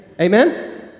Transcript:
Amen